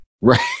Right